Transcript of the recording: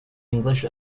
english